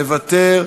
מוותר,